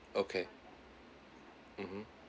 okay mmhmm